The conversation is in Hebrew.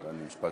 דני, משפט סיום.